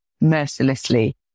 mercilessly